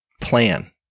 plan